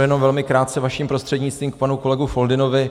Jenom velmi krátce vaším prostřednictvím k panu kolegovi Foldynovi.